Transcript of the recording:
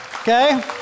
Okay